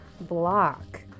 block